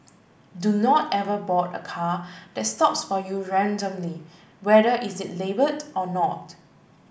do not ever board a car that stops for you randomly whether is it labelled or not